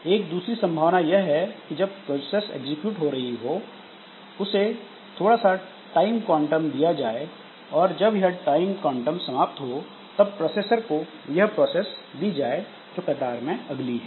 एक दूसरी संभावना यह है कि जब प्रोसेस एग्जीक्यूट हो रही हो इसे थोड़ा सा टाइम क्वांटम दिया जाए और जब यह टाइम क्वांटम समाप्त हो तब प्रोसेसर को वह प्रोसेस दी जाए जो कतार में अगली है